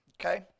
okay